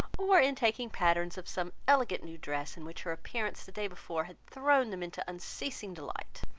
or in taking patterns of some elegant new dress, in which her appearance the day before had thrown them into unceasing delight.